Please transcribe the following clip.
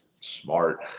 smart